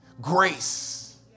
Grace